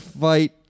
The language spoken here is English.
fight